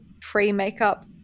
pre-makeup